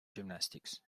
gymnastics